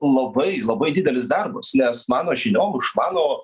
labai labai didelis darbas nes mano žiniom iš mano